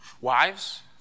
Wives